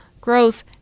growth